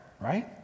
Right